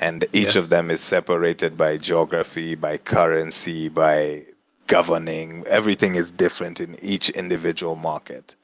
and each of them is separated by geography, by currency, by governing. everything is different in each individual market.